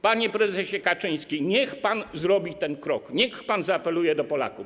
Panie prezesie Kaczyński, niech pan zrobi ten krok, niech pan zaapeluje do Polaków.